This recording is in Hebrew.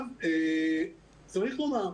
צריך לומר,